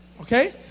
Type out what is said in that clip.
Okay